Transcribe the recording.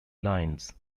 lines